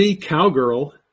Cowgirl